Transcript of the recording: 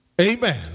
amen